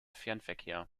fernverkehr